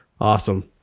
Awesome